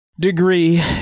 degree